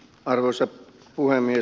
arvoisa puhemies